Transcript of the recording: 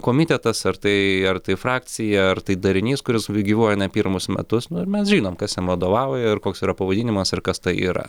komitetas ar tai ar tai frakcija ar tai darinys kuris gyvuoja ne pirmus metus ir mes žinom kas jam vadovauja ir koks yra pavadinimas ir kas tai yra